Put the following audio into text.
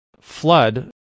flood